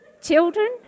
Children